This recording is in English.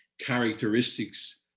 characteristics